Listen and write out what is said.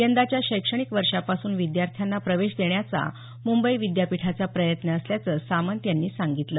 यंदाच्या शैक्षणिक वर्षापासून विद्यार्थ्यांना प्रवेश देण्याचा मुंबई विद्यापीठाचा प्रयत्न असल्याचं सामंत यांनी सांगितलं